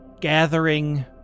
gathering